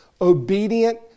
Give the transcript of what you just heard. Obedient